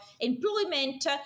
employment